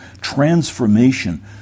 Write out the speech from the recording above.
transformation